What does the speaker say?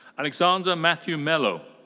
alexander matthew melo.